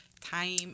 time